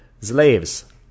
Slaves